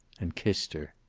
and kissed her.